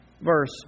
verse